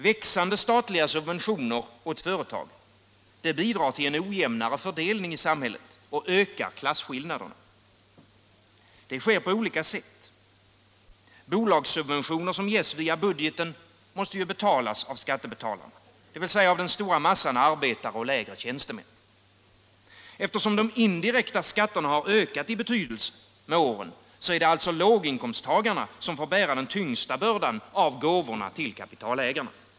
Växande statliga subventioner åt företagen bidrar till en ojämnare fördelning i samhället och ökar klasskillnaderna. Det sker på olika sätt. Bolagssubventioner som ges via budgeten måste ju betalas av skattebetalarna, dvs. av den stora massan arbetare och lägre tjänstemän. Eftersom de indirekta skatterna ökat i betydelse med åren, är det alltså låginkomsttagarna som får bära den tyngsta bördan av gåvorna till kapitalägarna.